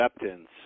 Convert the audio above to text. acceptance